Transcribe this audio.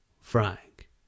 Frank